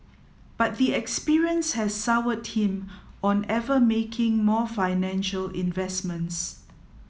but the experience has soured him on ever making more financial investments